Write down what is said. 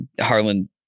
Harlan